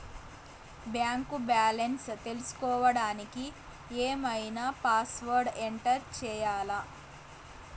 Bank balance తెలుసుకోవడానికి ఏమన్నా password enter చేయాలా?